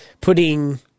putting